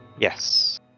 Yes